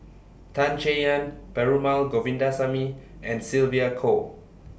Tan Chay Yan Perumal Govindaswamy and Sylvia Kho